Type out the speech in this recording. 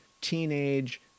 teenage